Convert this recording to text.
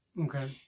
Okay